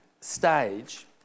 stage